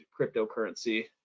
cryptocurrency